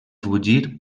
fugir